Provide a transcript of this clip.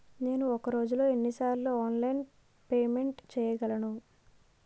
నేను ఒక రోజులో ఎన్ని సార్లు ఆన్లైన్ పేమెంట్ చేయగలను?